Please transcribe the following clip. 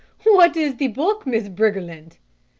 what is the book, miss briggerland?